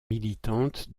militante